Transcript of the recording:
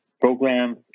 programs